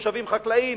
מושבים חקלאיים,